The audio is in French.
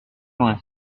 loin